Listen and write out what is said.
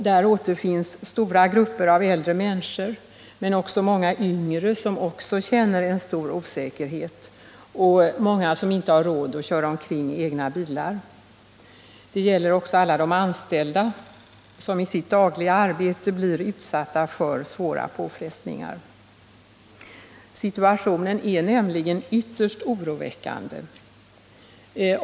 Där återfinns stora grupper av äldre människor men även många yngre, som också känner en stor osäkerhet, och många som inte har råd att köra omkring i egna bilar. Det gäller också alla de anställda som i sitt dagliga arbete blir utsatta för svåra påfrestningar. Situationen är nämligen ytterst oroväckande.